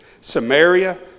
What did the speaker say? Samaria